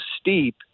steep